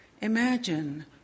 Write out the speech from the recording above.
Imagine